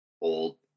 old